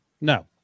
No